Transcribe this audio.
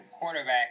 quarterback